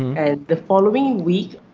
and the following week,